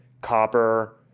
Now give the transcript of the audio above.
copper